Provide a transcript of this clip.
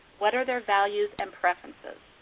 what are their values and preferences?